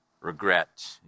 regret